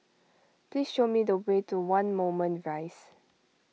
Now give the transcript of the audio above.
please show me the way to one Moulmein Rise